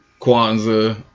Kwanzaa